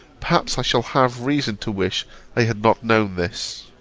perhaps i shall have reason to wish i had not known this.